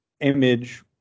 image